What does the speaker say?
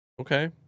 Okay